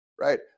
right